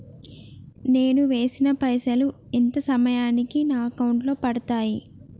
నేను వేసిన పైసలు ఎంత సమయానికి నా అకౌంట్ లో పడతాయి?